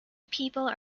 people